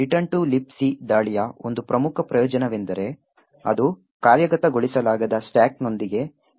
return to libc ದಾಳಿಯ ಒಂದು ಪ್ರಮುಖ ಪ್ರಯೋಜನವೆಂದರೆ ಅದು ಕಾರ್ಯಗತಗೊಳಿಸಲಾಗದ ಸ್ಟಾಕ್ ನೊಂದಿಗೆ ಕೆಲಸ ಮಾಡಬಹುದು